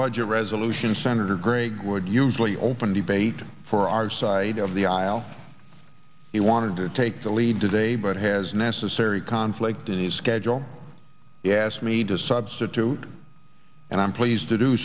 budget resolution senator gregg would usually open debate for our side of the aisle he wanted to take the lead today but has necessary conflict in the schedule the ask me to substitute and i'm pleased to do